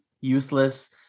useless